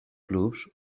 clubs